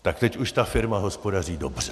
Tak teď už ta firma hospodaří dobře!